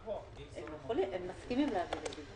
הם מסכימים להעביר לדיווח.